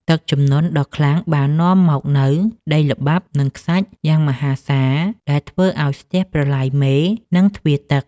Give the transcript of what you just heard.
ទឹកជំនន់ដ៏ខ្លាំងបាននាំមកនូវដីល្បាប់ និងខ្សាច់យ៉ាងមហាសាលដែលធ្វើឱ្យស្ទះប្រឡាយមេ និងទ្វារទឹក។